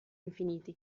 infiniti